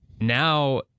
now